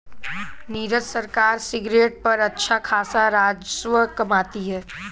नीरज सरकार सिगरेट पर अच्छा खासा राजस्व कमाती है